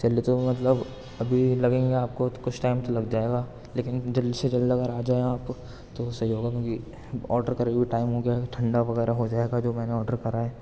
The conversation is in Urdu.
چلیے تو میں مطلب ابھی لگیں گے آپ کو کچھ ٹائم تو لگ جائے گا لیکن جلد سے جلد اگر آ جائیں آپ تو صحیح ہوگا کیونکہ آڈر کرے ہوئے ٹائم ہو گیا ہے ٹھنڈا وغیرہ ہو جائے گا جو میں نے آڈر کرا ہے